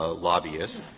ah lobbyist.